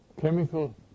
chemical